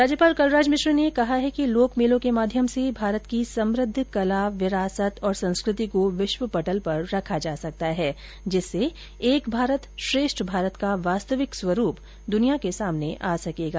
राज्यपाल कलराज मिश्र ने कहा है कि लोक मेलों के माध्यम से भारत की समुद्ध कला विरासत और संस्कृति को विश्व पटल पर रखा जा सकता है जिससे एक भारत श्रेष्ट भारत का वास्तविक स्वरूप दुनिया के सामने आ सकेगा